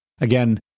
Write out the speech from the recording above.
again